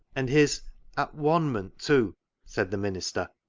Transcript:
and his at-one-ment too, said the minister.